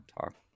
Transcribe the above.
talk